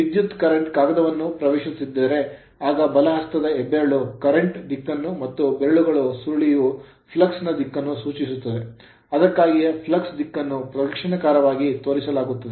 ವಿದ್ಯುತ್ current current ಕಾಗದವನ್ನು ಪ್ರವೇಶಿಸುತ್ತಿದ್ದರೆ ಆಗ ಬಲಹಸ್ತದ ಹೆಬ್ಬೆರಳು current ಕರೆಂಟ್ ದಿಕ್ಕನ್ನು ಮತ್ತು ಬೆರಳುಗಳ ಸುರುಳಿಯು flux ಫ್ಲಕ್ಸ್ ನ ದಿಕ್ಕನ್ನು ಸೂಚಿಸುತ್ತದೆ ಅದಕ್ಕಾಗಿಯೇ flux ಫ್ಲಕ್ಸ್ ದಿಕ್ಕನ್ನು ಪ್ರದಕ್ಷಿಣಾಕಾರವಾಗಿ ತೋರಿಸಲಾಗುತ್ತದೆ